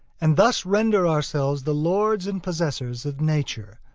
and thus render ourselves the lords and possessors of nature.